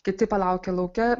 kiti palaukia lauke